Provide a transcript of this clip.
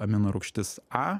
aminorūgštis a